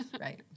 Right